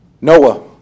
Noah